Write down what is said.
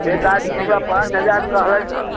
एक आदमी हमरा पाँच हजार कहलथि हइ